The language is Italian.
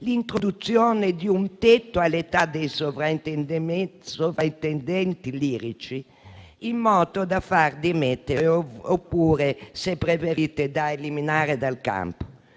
l'introduzione di un tetto all'età dei sovrintendenti lirici, in modo da far dimettere (oppure, se preferite, da eliminare dal campo)